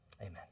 Amen